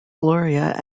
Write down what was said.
gloria